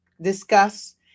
discuss